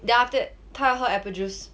then after that 他喝 apple juice